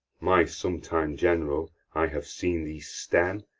my sometime general, i have seen thee stern,